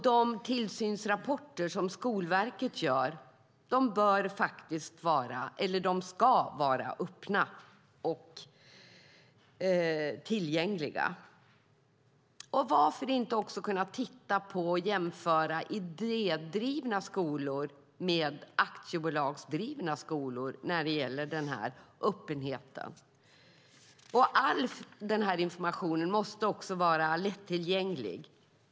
De tillsynsrapporter Skolverket gör bör vara - de ska vara - öppna och tillgängliga. Varför inte också kunna titta på och jämföra idédrivna skolor med aktiebolagsdrivna skolor när det gäller öppenheten? All information måste vara lättillgänglig.